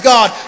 God